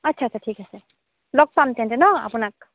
আচ্ছা আচ্ছা ঠিক আছে লগ পাম তেন্তে ন আপোনাক